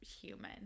human